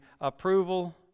approval